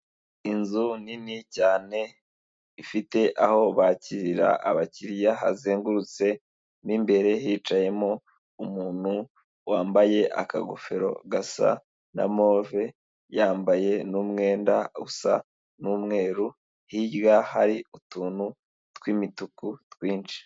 Inzu nini cyane ifite aho bakirira abakiriya hazengurutse, mu imbere hicayemo umuntu wambaye akagofero gasa na move, yambaye n'umwenda usa n'umweru, hirya hari utuntu tw'imituku twinshi.